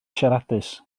siaradus